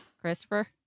Christopher